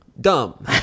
dumb